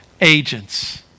agents